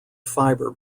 fibre